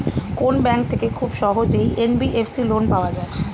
কোন ব্যাংক থেকে খুব সহজেই এন.বি.এফ.সি লোন পাওয়া যায়?